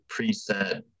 preset